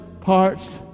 parts